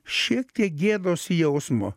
šiek tiek gėdos jausmo